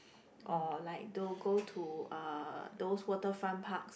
or like tho~ go to uh those waterfront parks